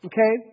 Okay